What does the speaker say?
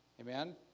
Amen